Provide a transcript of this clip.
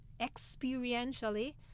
experientially